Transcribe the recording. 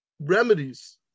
remedies